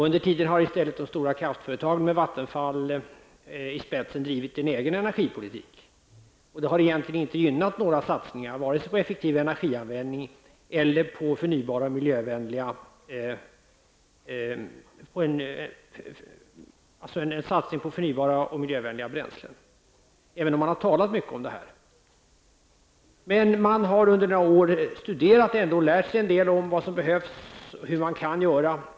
Under tiden har i stället de stora kraftföretagen med Vattenfall i spetsen drivit en egen energipolitik. Det har egentligen inte gynnat några satsningar på vare sig effektivare energianvändning eller förnybara och miljövänliga bränslen, även om man har talat mycket om det. Man har under några år studerat och lärt sig en del om vad som behövs och hur man kan göra.